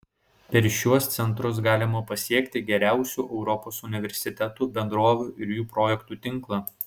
per šiuos centrus galima pasiekti geriausių europos universitetų bendrovių ir jų projektų tinklą